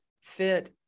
fit